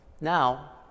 now